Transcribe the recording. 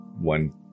one